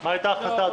מה היתה ההחלטה?